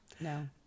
No